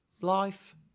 life